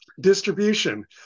Distribution